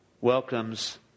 welcomes